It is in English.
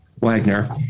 wagner